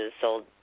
sold